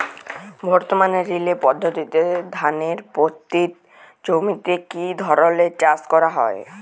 বর্তমানে রিলে পদ্ধতিতে ধানের পতিত জমিতে কী ধরনের চাষ করা হয়?